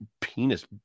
penis